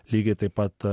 lygiai taip pat